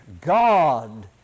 God